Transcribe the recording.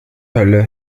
höhle